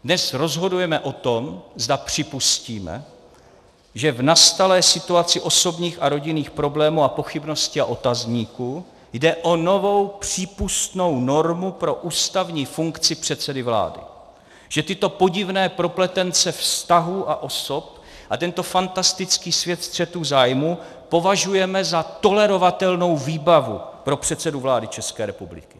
Dnes rozhodujeme o tom, zda připustíme, zda v nastalé situaci osobních a rodinných problémů a pochybností a otazníků jde o novou přípustnou normu pro ústavní funkci předsedy vlády, že tyto podivné propletence vztahů a osob a tento fantastický svět střetů zájmů považujeme za tolerovatelnou výbavu pro předsedu vlády České republiky.